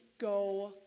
go